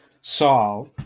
saul